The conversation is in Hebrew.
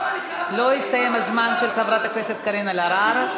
לא הסתיים הזמן של חברת הכנסת קארין אלהרר,